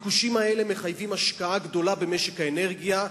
הביקושים הללו מחייבים השקעה גדולה במשק האנרגיה,